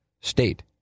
State